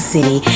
City